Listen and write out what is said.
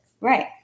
Right